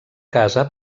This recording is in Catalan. casa